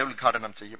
A ഉദ്ഘാടനം ചെയ്യും